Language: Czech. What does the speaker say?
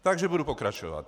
Takže budu pokračovat.